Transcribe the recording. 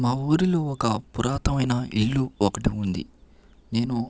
మా ఊరిలో ఒక పురాతనమైన ఇల్లు ఒకటి ఉంది నేను